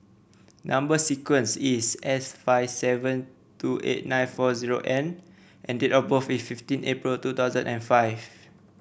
number sequence is S five seven two eight nine four zero N and date of birth is fifteen April two thousand and five